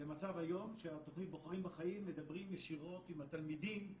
למצב היום שהתוכנית "בוחרים בחיים" מדברים ישירות עם התלמידים,